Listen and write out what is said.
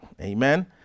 amen